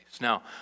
Now